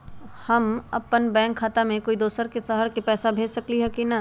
हम अपन बैंक खाता से कोई दोसर शहर में पैसा भेज सकली ह की न?